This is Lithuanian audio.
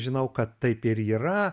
nežinau kad taip ir yra